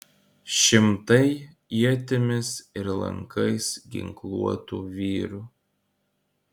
šimtai ietimis ir lankais ginkluotų vyrų